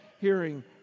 hearing